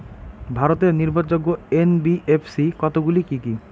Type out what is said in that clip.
ভারতের নির্ভরযোগ্য এন.বি.এফ.সি কতগুলি কি কি?